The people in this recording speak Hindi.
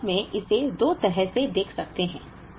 हम वास्तव में इसे दो तरह से देख सकते हैं